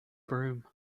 broom